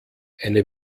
eine